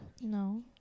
No